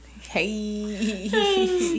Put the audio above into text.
Hey